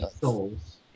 Souls